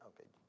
Okay